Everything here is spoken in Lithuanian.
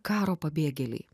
karo pabėgėliai